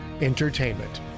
Entertainment